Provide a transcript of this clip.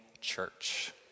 church